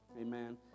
Amen